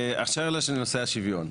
אשר לנושא השוויון.